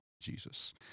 Jesus